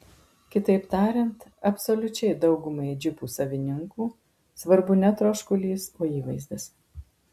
kitaip tariant absoliučiai daugumai džipų savininkų svarbu ne troškulys o įvaizdis